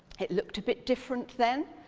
it looked a bit different then.